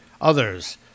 Others